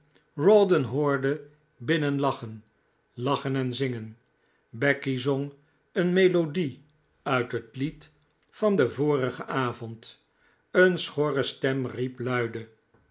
rawdon hoorde binnen lachen lachen en zingen becky zong een melodie uit het lied van den vorigen avond een schorre stem riep luide